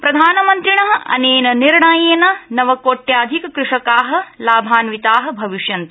प्रधानमन्त्रिण अनेन निर्णयेन नवकोट्याधिक कृषका लाभान्विता भविष्यंति